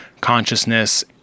consciousness